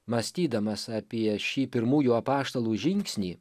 mąstydamas apie šį pirmųjų apaštalų žingsnį